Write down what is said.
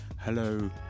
hello